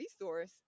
resource